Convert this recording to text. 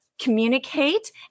communicate